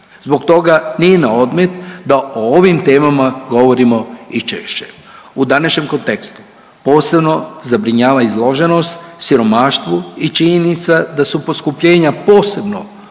Zbog toga nije na odmet da o ovim temama govorimo i češće. U današnjem kontekstu posebno zabrinjava izloženost siromaštvu i činjenica da su poskupljenja posebno